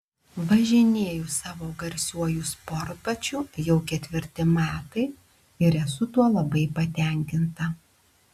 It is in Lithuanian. važinėju savo garsiuoju sportbačiu jau ketvirti metai ir esu tuo labai patenkinta